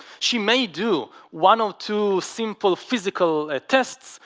she may do one or two simple physical ah tests.